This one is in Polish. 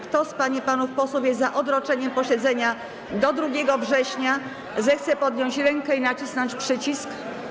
Kto z pań i panów posłów jest za odroczeniem posiedzenia do 2 września, zechce podnieść rękę i nacisnąć przycisk.